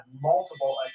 multiple